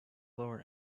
lower